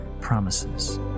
promises